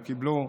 הם קיבלו,